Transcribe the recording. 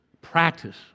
Practice